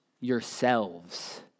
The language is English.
yourselves